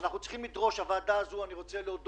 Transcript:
אני רוצה לדבר